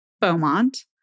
Beaumont